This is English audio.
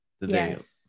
Yes